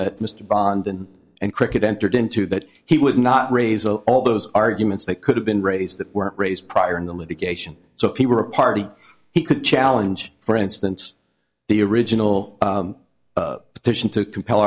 that mr bond and and cricket entered into that he would not raise all those arguments that could have been raised that were raised prior in the litigation so if he were a party he could challenge for instance the original petition to compel